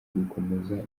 gukomeza